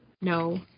No